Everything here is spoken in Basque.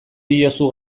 diozu